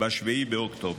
ב-7 באוקטובר.